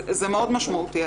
זה מאוד משמעותי.